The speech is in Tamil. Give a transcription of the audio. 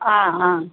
ஆ ஆ